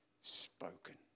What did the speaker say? spoken